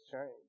change